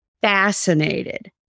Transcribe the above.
fascinated